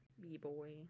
B-boy